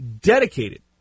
dedicated